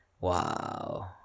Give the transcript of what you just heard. wow